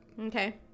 Okay